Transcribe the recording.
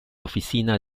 oficina